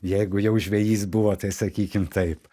jeigu jau žvejys buvo tai sakykim taip